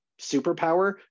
superpower